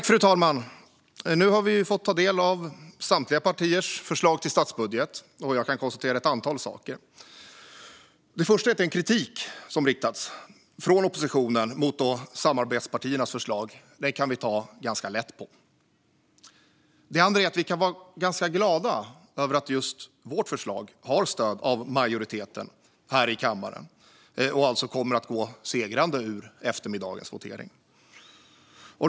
Fru talman! Nu har vi fått ta del av samtliga partiers förslag till statsbudget, och jag kan konstatera ett antal saker. Det första är att vi kan ta ganska lätt på den kritik som oppositionen har riktat mot samarbetspartiernas förslag. Det andra är att vi kan vara ganska glada över att just vårt förslag har stöd av majoriteten här i kammaren och alltså kommer att gå segrande ur eftermiddagens votering.